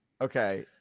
Okay